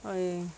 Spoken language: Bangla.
ওই